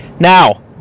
Now